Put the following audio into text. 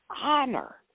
honor